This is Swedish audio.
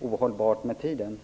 ohållbart med tiden.